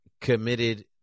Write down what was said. committed